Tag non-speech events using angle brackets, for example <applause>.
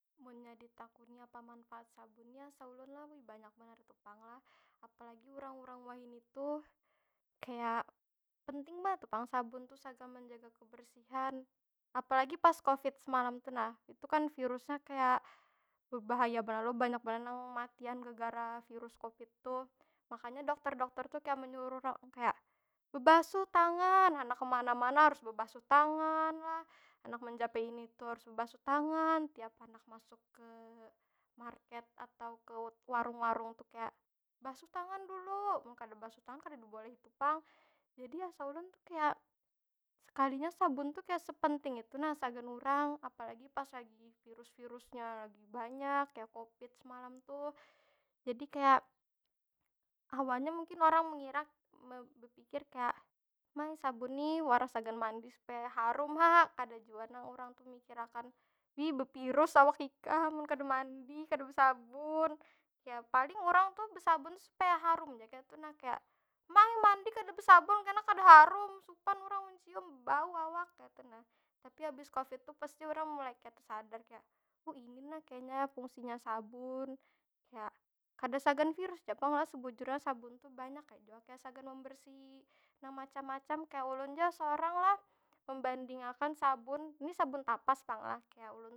Munnya ditakuni apa manfaat sabun ni lah asa ulun lah, wih banyak banar tupang lah. Apalagi urang- urang wahini tuh, kaya penting banar tu pang sabun tuh sagan menjaga kebersihan. Apalagi pas covid semalam tu nah, itu kan virusnya kaya berbahaya banar lo, banyak banar nang matian gegara virus covid tuh. Makanya dokter- dokter tuh kaya menyuruh <unintelligible> kaya, bebasu tangan!. Handak kemana- mana harus bebasuh tangan lah, handak menjapai ini- itu harus bebasuh tangan, tiap handak masuk ke market atau ke warung- warung tu kaya, basuh tangan dulu! Mun kada bebasuh tangan kada dibolehi tu pang. Jadi asa ulun kaya, sekalinya sabun tu kaya sepenting itu nah sagan urang. Apalagi pas lagi virus- virusnya lagi banyak, kaya covid semalam tuh. Jadi kaya, awalnya mungkin orang mengira <unintelligible> bepikir kaya, ma ai sabun nih wara sagan mandi supaya harum ha. Kada jua nang urang tu mikirakan, wih beviris awak ikam mun kada mandi, kada besabun. Ya, paling urang tuh besabun tu supaya harum ja kaytu nah. Kaya, ma ai mandi kada besabun kena kada harum. Supan urang mencium, bau awak. Kaytu nah. Tapi habis covid tu pasti urang mulai kaya tesadar kaya, ini nah kayanya fungsinya sabun. Kaya, kada sagan virus ja pang lah sebujurnya sabun tu. Banyak ai jua, kaya sagan membersihi nang macam- macam. Kaya ulun ja sorang lah membanding akan sabun, ni sbun tapas pang lah. Kaya ulun.